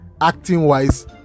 Acting-wise